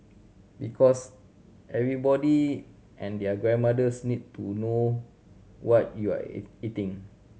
because everybody and their grandmothers need to know what you are eating